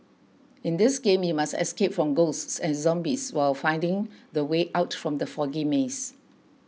in this game you must escape from ghosts and zombies while finding the way out from the foggy maze